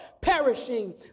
perishing